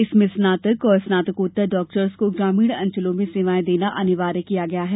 इसमें स्नातक और स्नातकोत्तर डॉक्टर्स को ग्रामीण अंचलों में सेवाएँ देना अनिवार्य किया जाएगा